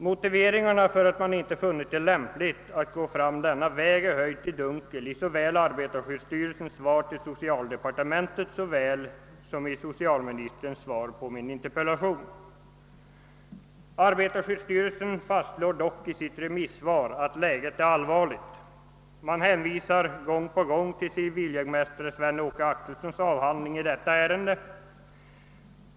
Motiven för att man inte funnit det lämpligt att följa denna väg är höljda i dunkel såväl i arbetarskyddsstyrelsens yttrande till socialdepartementet som i socialministerns svar på min interpellation. Arbetarskyddsstyrelsen fastslår dock i sitt remissyttrande att läget är allvarligt. Man hänvisar gång på gång till civiljägmästare Sven-Åke Axelssons avhandling i det aktuella ämnet.